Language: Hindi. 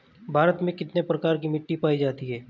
भारत में कितने प्रकार की मिट्टी पाई जाती हैं?